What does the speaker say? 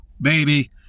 baby